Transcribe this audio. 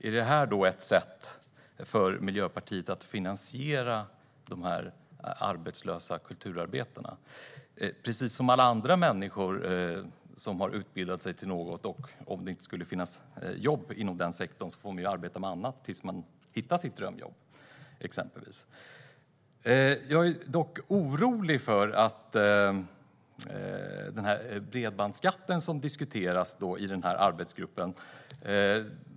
Är detta ett sätt för Miljöpartiet att finansiera de arbetslösa kulturarbetarna? Precis som alla andra människor som har utbildat sig till något får de om det inte skulle finnas jobb inom den sektorn arbeta med annat tills de hittar sitt drömjobb, exempelvis. Jag är dock orolig för den bredbandsskatt som diskuteras i arbetsgruppen.